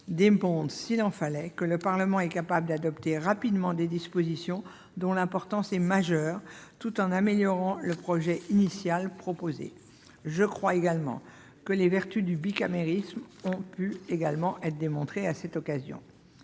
démontrent, s'il le fallait, que le Parlement est capable d'adopter rapidement des dispositions dont l'importance est majeure tout en améliorant le projet initial. Je crois également que les vertus du bicamérisme ont pu être démontrées à cette occasion.